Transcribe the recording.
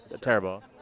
terrible